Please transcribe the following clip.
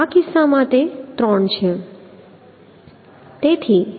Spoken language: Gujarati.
તેથી આ કિસ્સામાં તે 3 હશે